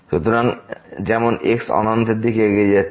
সুতরাং যেমন x অনন্তের দিকে এগিয়ে যাচ্ছে